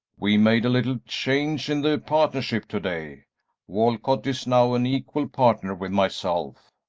we made a little change in the partnership to-day walcott is now an equal partner with myself.